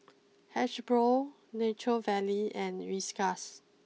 Hasbro Nature Valley and Whiskas